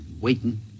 waiting